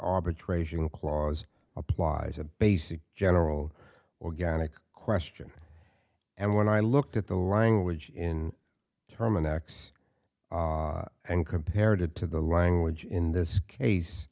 arbitration clause applies a basic general organic question and when i looked at the language in terminix and compared it to the language in this case